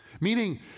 Meaning